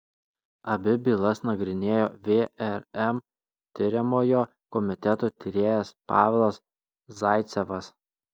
abi bylas nagrinėjo vrm tiriamojo komiteto tyrėjas pavelas zaicevas